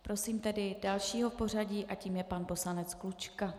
Prosím tedy dalšího v pořadí a tím je pan poslanec Klučka.